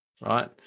right